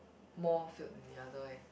more filled than the other eh